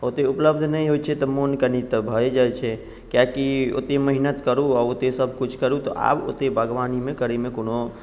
ओतेक उपलब्ध नहि होइत छै तऽ मोन कनेक तऽ भए जाइत छै कियाकि ओतेक मेहनत करू आ ओतेक सभ किछु करू तऽ आब ओतेक बागवानीमे करयमे कोनो